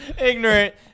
ignorant